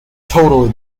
totally